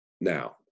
Now